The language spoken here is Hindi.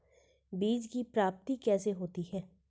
बीज की प्राप्ति कैसे होती है?